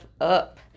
up